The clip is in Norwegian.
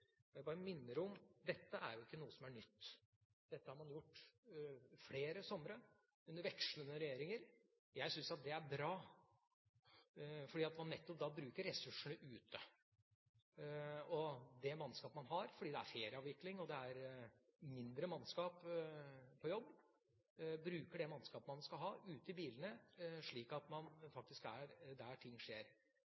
Jeg bare minner om at dette er jo ikke noe som er nytt. Dette har man gjort flere somre, under vekslende regjeringer. Jeg syns at det er bra, fordi man nettopp da bruker ressursene ute og det mannskap man har. Fordi det er ferieavvikling og mindre mannskap på jobb, bruker man det mannskapet man skal ha, ute i bilene, slik at man